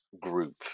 group